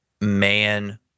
man